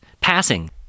passing